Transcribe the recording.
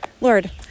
Lord